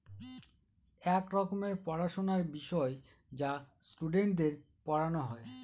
এক রকমের পড়াশোনার বিষয় যা স্টুডেন্টদের পড়ানো হয়